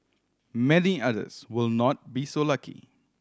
many others will not be so lucky